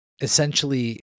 Essentially